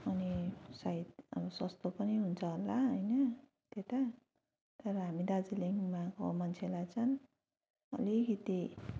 अनि सायद अब सस्तो पनि हुन्छ होला होइन त्यता तर हामी दार्जिलिङमा को मान्छेलाई चाहिँ अलिकति